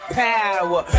power